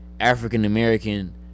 African-American